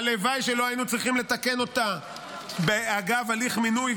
הלוואי שלא היינו צריכים לתקן אותה אגב הליך מינוי,